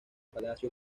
palacio